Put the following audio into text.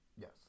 Yes